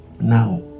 now